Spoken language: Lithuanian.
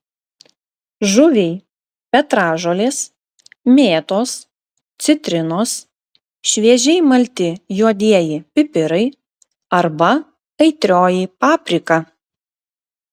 žuviai petražolės mėtos citrinos šviežiai malti juodieji pipirai arba aitrioji paprika